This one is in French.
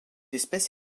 espèce